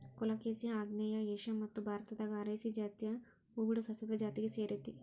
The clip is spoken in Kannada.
ಕೊಲೊಕಾಸಿಯಾ ಆಗ್ನೇಯ ಏಷ್ಯಾ ಮತ್ತು ಭಾರತದಾಗ ಅರೇಸಿ ಜಾತಿಯ ಹೂಬಿಡೊ ಸಸ್ಯದ ಜಾತಿಗೆ ಸೇರೇತಿ